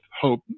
hope